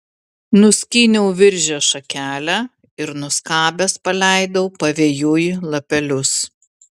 nuskyniau viržio šakelę ir nuskabęs paleidau pavėjui lapelius